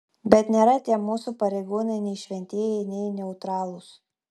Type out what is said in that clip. bet nėra tie mūsų pareigūnai nei šventieji nei neutralūs